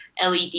led